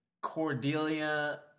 Cordelia